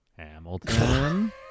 Hamilton